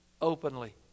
openly